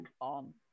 on